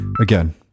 again